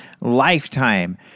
lifetime